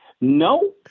No